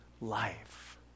life